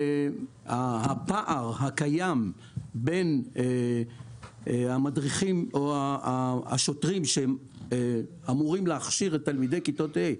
קיים פער בין המדריכים או השוטרים שאמורים להכשיר את תלמידי כיתות ה',